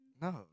No